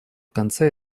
конце